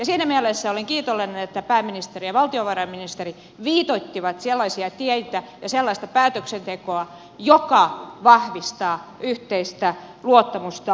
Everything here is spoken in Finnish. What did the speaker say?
siinä mielessä olen kiitollinen että pääministeri ja valtiovarainministeri viitoittivat sellaisia teitä ja sellaista päätöksentekoa joka vahvistaa yhteistä luottamusta euhun